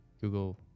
Google